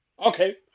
Okay